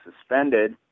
suspended